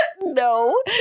No